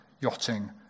yachting